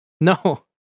No